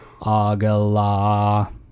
Agala